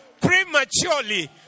prematurely